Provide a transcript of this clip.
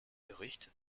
gericht